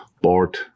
board